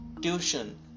tuition